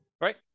Right